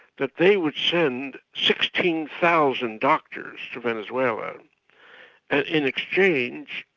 that they would send sixteen thousand doctors to venezuela and in exchange,